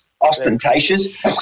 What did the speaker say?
ostentatious